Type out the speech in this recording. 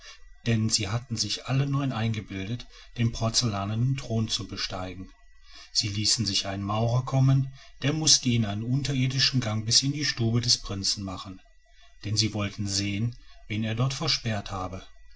denn sie hatten sich alle neun eingebildet den porzellanenen thron zu besteigen sie ließen sich einen maurer kommen der mußte ihnen einen unterirdischen gang bis in die stube des prinzen machen denn sie wollten sehen wen er dort versperrt habe